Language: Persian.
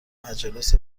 مجالس